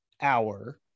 hour